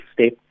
step